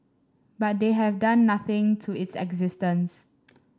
but they have done nothing to its existence